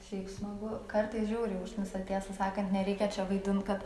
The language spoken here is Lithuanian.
šiaip smagu kartais žiauriai užknisa tiesą sakant nereikia čia vaidint kad